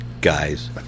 guys